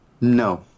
No